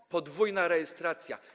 To podwójna rejestracja.